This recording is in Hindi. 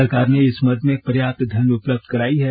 सरकार ने इस मद में पर्याप्त धन उपलब्ध कराई है